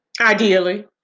Ideally